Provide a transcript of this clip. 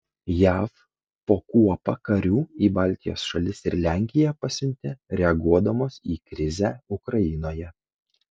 jav po kuopą karių į baltijos šalis ir lenkiją pasiuntė reaguodamos į krizę ukrainoje